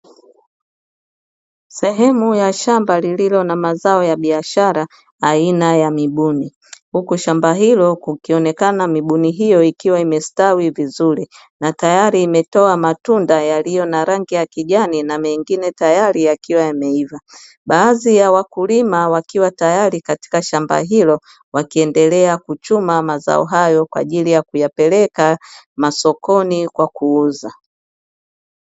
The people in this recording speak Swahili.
Sehemu ya shamba lililo na mazao ya biashara aina ya mibuni, huku shamba hilo likionekana mibuni hiyo ikiwa imestawi vizuri na tayari imetoa matunda yaliyo na rangi ya kijani na mengine tayari yakiwa yameiva, baadhi ya wakulima wakiwa tayari katika shamba hilo wakiendelea kuchuma mazao hayo kwa ajili ya kuyapeleka masokoni kwa kuuza.